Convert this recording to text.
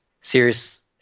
serious